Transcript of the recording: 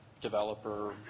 developer